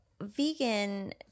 vegan